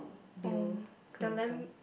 Bill-Clinton